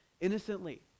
innocently